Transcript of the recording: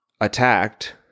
attacked